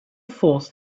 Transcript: force